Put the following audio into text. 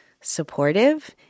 supportive